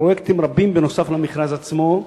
פרויקטים רבים נוסף על המכרז עצמו,